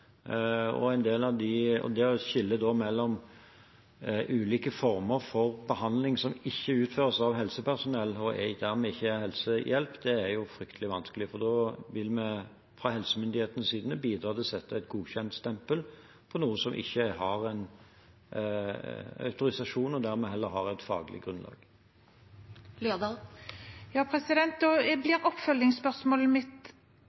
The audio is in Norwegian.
Det skillet mellom ulike former for behandling som ikke utføres av helsepersonell, og dermed ikke er helsehjelp, er fryktelig vanskelig, for da vil vi fra helsemyndighetenes side bidra til å sette et godkjent-stempel på noe som ikke har en autorisasjon, og dermed heller ikke et faglig grunnlag. Da blir oppfølgingsspørsmålet mitt: Betyr det at regjeringen mener at de som i dag er pålagt å betale moms, og